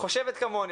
חושבת כמוני,